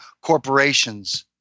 corporations